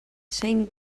same